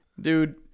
Dude